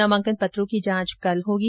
नामांकन पत्रों की जांच कल होगी